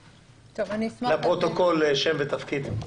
לפרוטוקול, שם ותפקיד.